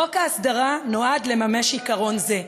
חוק ההסדרה נועד לממש עיקרון זה.